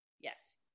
yes